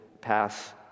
pass